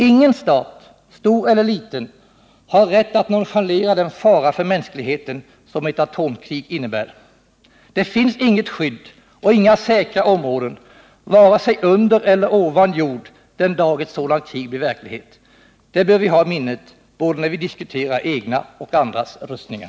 Ingen stat, stor eller liten, har rätt att nonchalera den fara för mänskligheten som ett atomkrig innebär. Det finns inget skydd och inga säkra områden vare sig under eller ovan jord den dag ett sådant krig blir verklighet. Det bör vi ha i minnet när vi diskuterar både egna och andras rustningar.